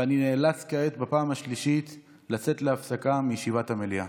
אני נאלץ כעת בפעם השלישית לצאת להפסקה מישיבת המליאה.